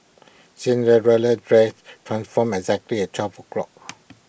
Cinderella's dress transformed exactly at twelve o'clock